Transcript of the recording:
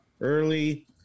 early